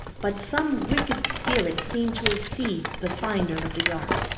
but some wicked spirit seemed to have seized the finder of the ark.